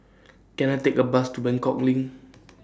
Can I Take A Bus to Buangkok LINK